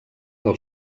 del